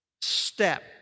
step